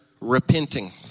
repenting